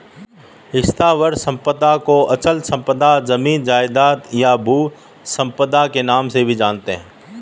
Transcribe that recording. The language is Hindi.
स्थावर संपदा को अचल संपदा, जमीन जायजाद, या भू संपदा के नाम से भी जानते हैं